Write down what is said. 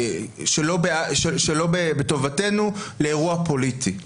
שלא בטובתנו לאירוע פוליטי.